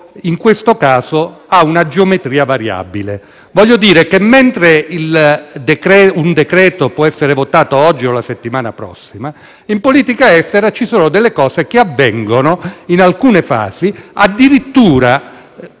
in questo caso ha una geometria variabile. Voglio dire che, mentre un decreto-legge può essere votato oggi o la settimana prossima, in politica estera ci sono eventi che avvengono in alcune fasi e addirittura